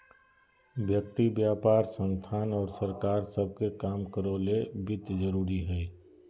व्यक्ति व्यापार संस्थान और सरकार सब के काम करो ले वित्त जरूरी हइ